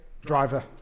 driver